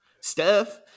Steph